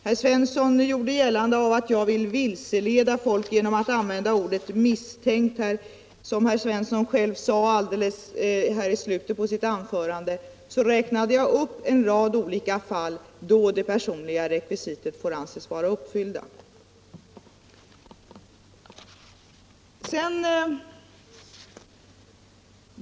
Herr Svensson i Malmö gjorde gällande att jag vill vilseleda folk genom att använda ordet ”misstänkt” här. Som herr Svensson själv sade alldeles i slutet på sitt anförande räknade jag upp en rad olika fall då det personliga rekvisitet får anses vara uppfyllt.